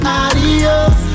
adios